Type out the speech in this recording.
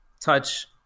touch